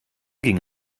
ging